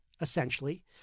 essentially